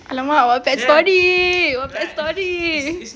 !alamak! story story